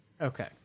Okay